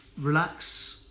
relax